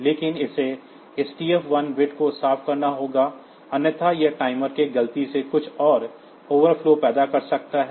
लेकिन हमें इस TF1 बिट को साफ करना होगा अन्यथा यह टाइमर के गलती से कुछ और ओवरफ्लो पैदा कर सकता है